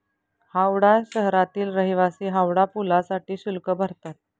हावडा शहरातील रहिवासी हावडा पुलासाठी शुल्क भरतात